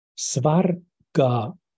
Svarga